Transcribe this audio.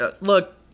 look